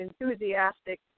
enthusiastic